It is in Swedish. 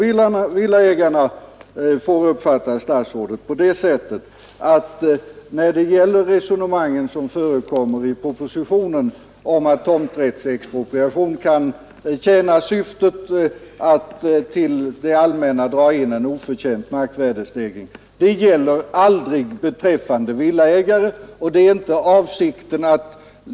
Villaägarna får alltså uppfatta statsrådet på det sättet att de resonemang som förekommer i propositionen om att tomträttsexpropriation kan tjäna syftet att till det allmänna dra in en oförtjänt markvärdestegring, gäller icke beträffande villaägare.